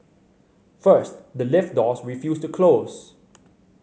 first the lift doors refused to close